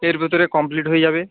এর ভেতরে কমপ্লিট হয়ে যাবে